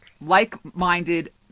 like-minded